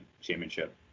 Championship